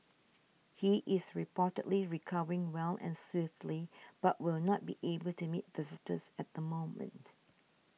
he is reportedly recovering well and swiftly but will not be able to meet visitors at the moment